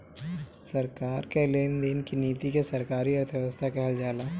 सरकार कअ लेन देन की नीति के सरकारी अर्थव्यवस्था कहल जाला